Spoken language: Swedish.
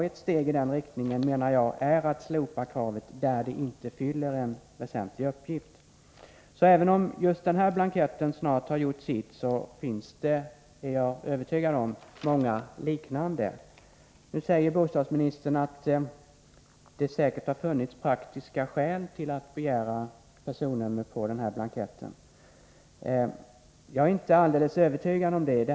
Ett steg i den riktningen är att slopa detta krav där det inte fyller någon väsentlig uppgift. Även om just denna blankett snart har gjort sitt är jag övertygad om att det finns många liknande blanketter. Bostadsministern säger nu att det säkert har funnits praktiska skäl till att begära personnummer på blanketten. Jag är inte alldeles övertygad om det.